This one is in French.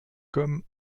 comme